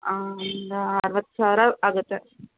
ಒಂದು ಅರವತ್ತು ಸಾವಿರ ಆಗುತ್ತೆ